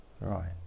Right